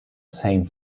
same